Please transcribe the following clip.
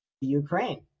Ukraine